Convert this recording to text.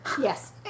Yes